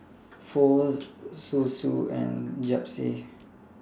Pho Zosui and Japchae